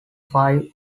five